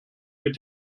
mit